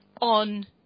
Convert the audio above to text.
on